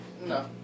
No